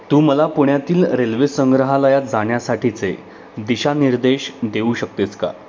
तू मला पुण्यात रेल्वे संग्रहालयात जाण्यासाठीचे दिशानिर्देश देऊ शकतेस का